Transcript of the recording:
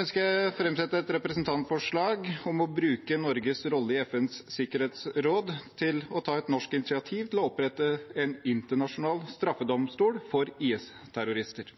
ønsker jeg å framsette et representantforslag om å bruke Norges rolle i FNs sikkerhetsråd til å ta et norsk initiativ til å opprette en internasjonal straffedomstol for IS-terrorister.